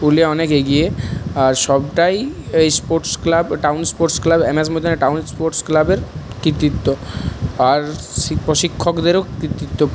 পুরুলিয়া অনেক এগিয়ে আর সবটাই এই sports club town sports club MS ময়দানের টাউন স্পোর্টস ক্লাবের কৃতিত্ব আর প্রশিক্ষকদেরও কৃতিত্ব